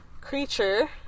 creature